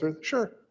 Sure